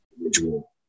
individual